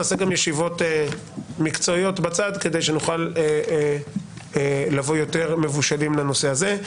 נעשה גם ישיבות מקצועיות בצד כדי שנוכל לבוא יותר מבושלים לנושא הזה.